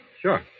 Sure